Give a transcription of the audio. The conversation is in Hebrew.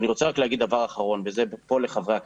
אני רוצה רק להגיד דבר אחרון פה לחברי הכנסת.